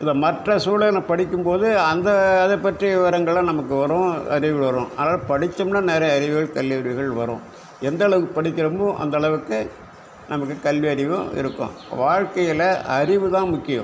இந்த மற்ற சூழலில் படிக்கும் போது அந்த அதை பற்றிய விவரங்கள்லாம் நமக்கு வரும் அறிவு வரும் அதனால் படிச்சோம்னா நிறைய அறிவுகள் கல்வி அறிவுகள் வரும் எந்தளவுக்கு படிக்கிறோமோ அந்தளவுக்கு நமக்கு கல்வி அறிவும் இருக்கும் வாழ்க்கையில் அறிவு தான் முக்கியம்